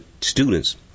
students